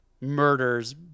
murders